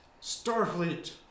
Starfleet